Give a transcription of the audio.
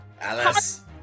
Alice